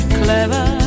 clever